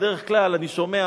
בדרך כלל אני שומע,